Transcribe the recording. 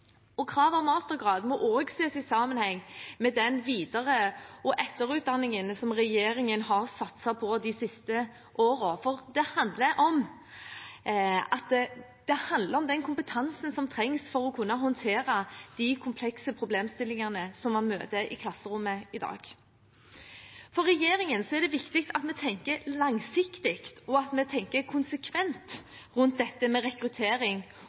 Kravet om mastergrad må også ses i sammenheng med den videre- og etterutdanningen som regjeringen har satset på de siste årene, for det handler om den kompetansen som trengs for å kunne håndtere de komplekse problemstillingene som man møter i klasserommet i dag. For regjeringen er det viktig at vi tenker langsiktig, og at vi tenker konsekvent rundt dette med rekruttering